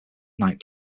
night